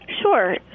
Sure